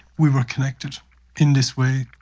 we were connected in this way,